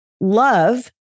love